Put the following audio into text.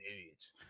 idiots